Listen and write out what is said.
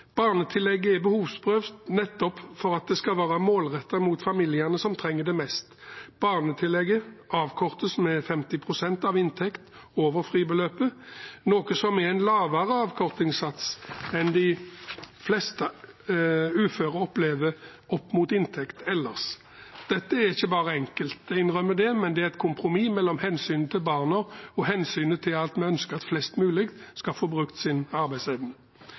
Barnetillegget er behovsprøvd, nettopp for at det skal være målrettet mot familiene som trenger det mest. Barnetillegget avkortes med 50 pst. av inntekt over fribeløpet, noe som er en lavere avkortningssats enn de fleste uføre opplever opp mot inntekt ellers. Dette er ikke bare enkelt, jeg innrømmer det, men det er et kompromiss mellom hensynet til barna og hensynet til at vi ønsker at flest mulig skal få brukt sin arbeidsevne.